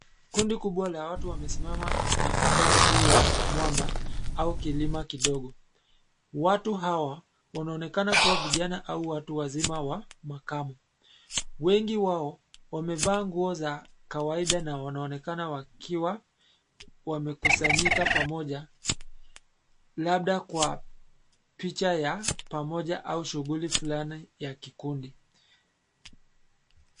Kundi kubwa la watu wamesimama na kukaa juu ya mwamba au kilima kidogo. Watu hawa wanaonekana kuwa vijana au watu wazima wa makamo. Wengi wao wamevaa nguo za kawaida na wanaonekana wakiwa wamekusanyika pamoja labda kwa picha ya pamoja au shughuli fulani ya kikundi.